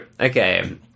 okay